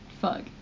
Fuck